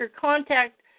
contact